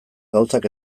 gauzak